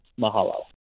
mahalo